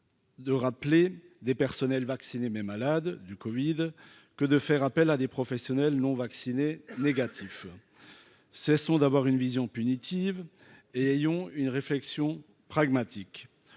de rappeler des personnels vacciné mais malade du Covid que de faire appel à des professionnels non vaccinés négatif, cessons d'avoir une vision punitive et ayons une réflexion pragmatique,